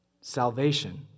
Salvation